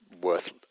worth